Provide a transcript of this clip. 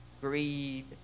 greed